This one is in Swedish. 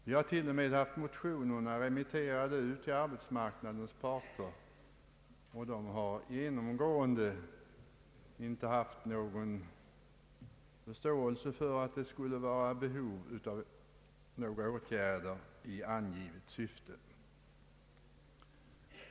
Vi har till och med haft motionerna remitterade till arbetsmarknadens parter, som genomgående inte visat någon förståelse för att det skulle finnas behov av åtgärder i angivet syfte.